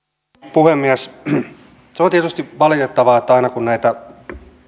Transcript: puhemies on tietysti valitettavaa että aina kun näitä